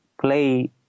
play